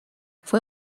fue